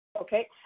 Okay